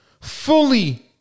fully